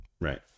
Right